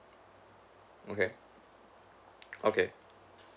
okay okay